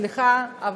סליחה,